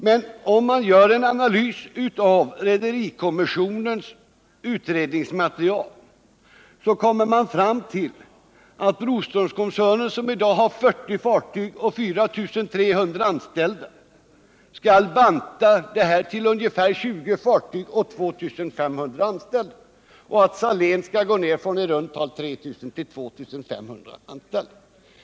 Men om man gör en analys av rederikommissionens utredningsmaterial kommer man fram till att Broströmskoncernen, som i dag har 40 fartyg och 4 300 anställda, skall bantas till ungefär 20 fartyg och 2 500 anställda. Saléns skall bantas från i runt tal 3 000 till 2 500 anställda.